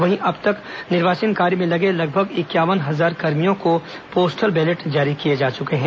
वहीं अब तक निर्वाचन कार्य में लगे लगभग इंक्यावन हजार कर्मियों को पोस्टल बैलेट जारी किए जा चुके हैं